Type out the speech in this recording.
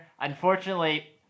Unfortunately